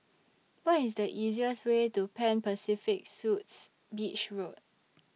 What IS The easiest Way to Pan Pacific Suites Beach Road